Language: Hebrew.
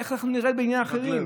איך אנחנו ניראה בעיני אחרים?